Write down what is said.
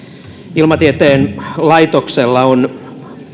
ilmatieteen laitoksella on